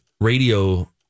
radio